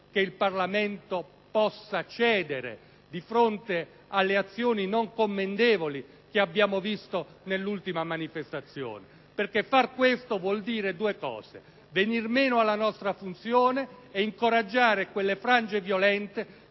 che il Parlamento possa cedere di fronte alle azioni non commendevoli che abbiamo visto nell'ultima manifestazione, perché far questo vorrebbe dire venir meno alla nostra funzione ed incoraggiare quelle frange violente